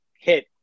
hit